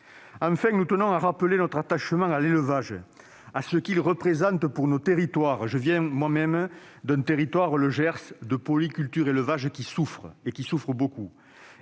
Enfin, nous tenons à rappeler notre attachement à l'élevage, à ce qu'il représente pour nos territoires- je viens moi-même du Gers, une zone de polyculture et d'élevage qui souffre beaucoup